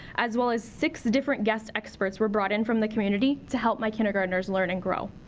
as well as six different guest experts were brought in from the community to help my kindergartners learn and grow.